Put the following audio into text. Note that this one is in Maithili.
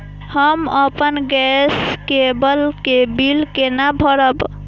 हम अपन गैस केवल के बिल केना भरब?